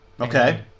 Okay